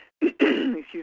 Excuse